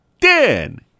Ten